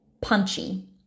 punchy